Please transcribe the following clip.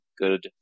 good